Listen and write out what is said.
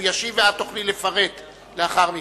הוא ישיב ואת תוכלי לפרט לאחר מכן.